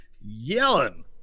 yelling